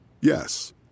Yes